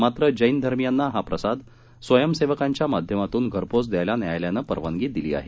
मात्र जैन धर्मीयांना हा प्रसाद स्वयंसेवकांद्वारे घऱपोच द्यायला न्यायालयानं परवानगी दिली आहे